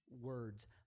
words